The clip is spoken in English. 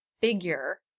figure